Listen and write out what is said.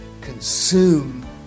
Consume